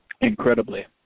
Incredibly